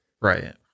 Right